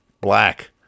black